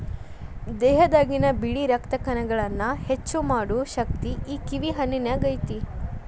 ದೇಹದಾಗಿನ ಬಿಳಿ ರಕ್ತ ಕಣಗಳನ್ನಾ ಹೆಚ್ಚು ಮಾಡು ಶಕ್ತಿ ಈ ಕಿವಿ ಹಣ್ಣಿನ್ಯಾಗ ಐತಿ